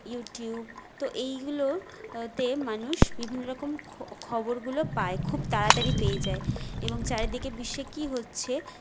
YouTube তো এইগুলো তে মানুষ বিভিন্ন রকম খবরগুলো পায় খুব তাড়াতাড়ি পেয়ে যায় এবং চারিদিকে বিশ্বে কী হচ্ছে